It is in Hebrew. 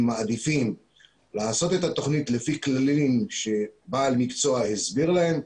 מעדיפים לעשות את התוכנית לפי כללים שבעל מקצוע הסביר להם,